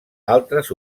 altres